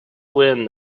wind